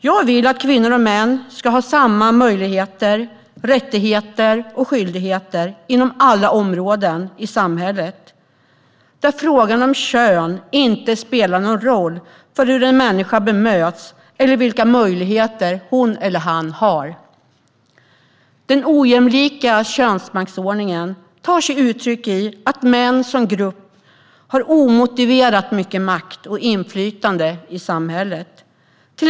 Jag vill att kvinnor och män ska ha samma möjligheter, rättigheter och skyldigheter inom samhällets alla områden, där frågan om kön inte spelar någon roll för hur en människa bemöts eller vilka möjligheter hon eller han har. Den ojämlika könsmaktsordningen tar sig uttryck i att män som grupp har omotiverat mycket makt och inflytande i samhället.